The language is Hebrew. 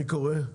מי קורא?